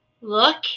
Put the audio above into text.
Look